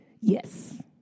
Yes